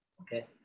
Okay